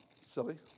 silly